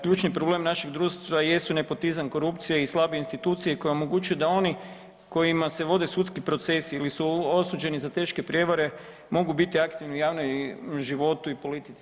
Ključni problem našeg društva jesu nepotizam, korupcija i slabe institucije koje omogućuju da oni kojima se vode sudski procesi ili su osuđeni za teške prijevare mogu biti aktivni u javnom životu i politici.